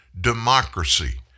democracy